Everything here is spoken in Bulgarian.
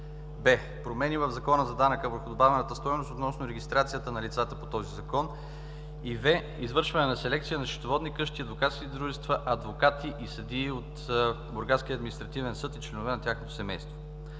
б) промени в Закона за данък върху добавената стойност относно регистрацията на лицата по този закон; в) извършване на селекция на счетоводни къщи, адвокатски дружества, адвокати и съдии от Бургаския административен съд и членове на тяхното семейство.